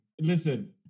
listen